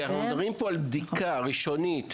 אנחנו מדברים פה על בדיקה ראשונית.